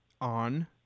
on